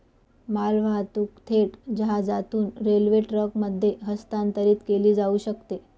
मालवाहतूक थेट जहाजातून रेल्वे ट्रकमध्ये हस्तांतरित केली जाऊ शकते